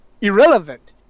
irrelevant